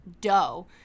dough